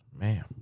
man